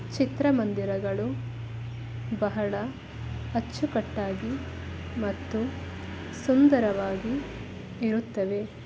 ಚಿತ್ರಮಂದಿರಗಳು ಬಹಳ ಅಚ್ಚುಕಟ್ಟಾಗಿ ಮತ್ತು ಸುಂದರವಾಗಿ ಇರುತ್ತವೆ